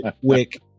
Quick